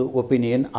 opinion